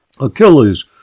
Achilles